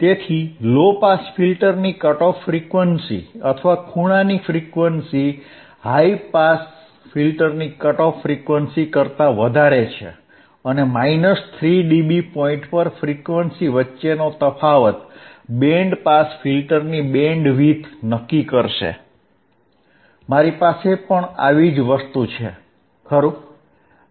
તેથી low pass ફિલ્ટરની cut off frequency અથવા ખૂણાની ફ્રીક્વન્સી હાઇ પાસ ફિલ્ટરની કટ ઓફ ફ્રીક્વન્સી કરતા વધારે છે અને 3 ડીબી પોઇન્ટ પર ફ્રીક્વન્સી વચ્ચેનો તફાવત બેન્ડ પાસ ફિલ્ટરની બેન્ડવિડ્થ નક્કી કરશે મારી પાસે પણ આવી જ વસ્તુ છે ખરું